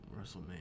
WrestleMania